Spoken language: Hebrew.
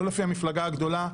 לא לפי המפלגה הגדולה,